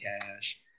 Cash